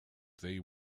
they